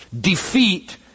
defeat